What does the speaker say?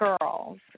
Girls